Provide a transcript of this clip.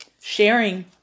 sharing